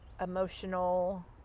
emotional